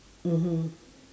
mmhmm